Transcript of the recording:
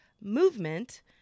movement